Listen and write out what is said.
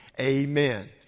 Amen